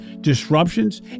disruptions